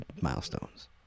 milestones